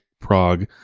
Prague